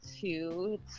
two